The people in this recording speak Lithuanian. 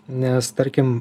nes tarkim